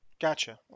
Gotcha